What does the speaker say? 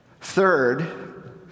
Third